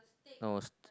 I was